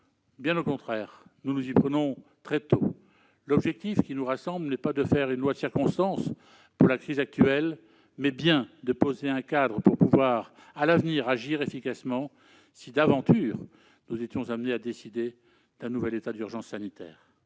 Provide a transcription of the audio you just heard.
qu'au contraire nous nous y prenons très tôt : l'objectif qui nous rassemble est non pas de faire une loi de circonstances pour la crise actuelle, mais bien de poser un cadre pour pouvoir à l'avenir agir efficacement, si d'aventure nous étions amenés à décider d'un nouvel état d'urgence sanitaire.